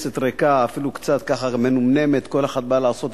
אדוני השר הרב-תכליתי, אדוני, אני מעריך מאוד את